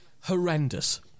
Horrendous